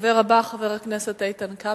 הדובר הבא, חבר הכנסת איתן כבל,